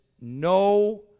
no